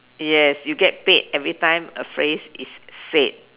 yes you get paid every time a phrase is said